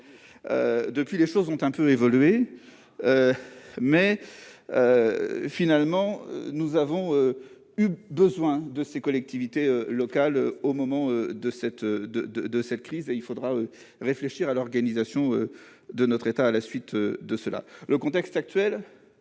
Depuis, les choses ont un peu évolué. Quoi qu'il en soit, nous avons eu besoin des collectivités locales au moment de cette crise et il faudra réfléchir à l'organisation de notre État à la suite de cela. Le contexte actuel